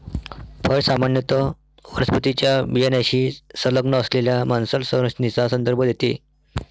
फळ सामान्यत वनस्पतीच्या बियाण्याशी संलग्न असलेल्या मांसल संरचनेचा संदर्भ देते